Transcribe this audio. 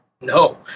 no